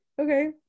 Okay